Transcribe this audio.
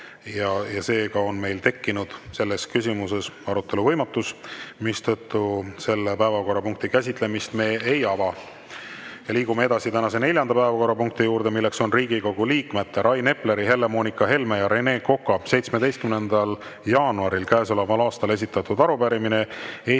saa. Seega on meil tekkinud selles küsimuses arutelu võimatus, mistõttu seda päevakorrapunkti me ei ava. Liigume edasi tänase neljanda päevakorrapunkti juurde, milleks on Riigikogu liikmete Rain Epleri, Helle-Moonika Helme ja Rene Koka 17. jaanuaril käesoleval aastal esitatud arupärimine Eesti